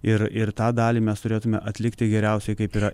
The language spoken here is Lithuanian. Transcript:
ir ir tą dalį mes turėtume atlikti geriausiai kaip yra